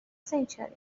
century